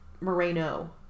Moreno